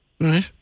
Right